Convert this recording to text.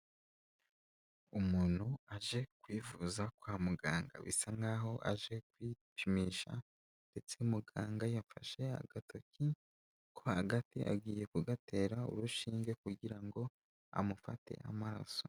Umuntu aje kwivuza kwa muganga. Bisa nkaho aje kwipimisha ndetse muganga yafashe agatoki ko hagati agiye kugatera urushinge kugira ngo amufate amaraso.